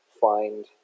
find